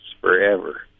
forever